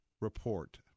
report